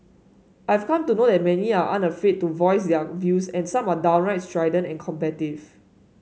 I've come to know that many are unafraid to voice their views and some are downright strident and combative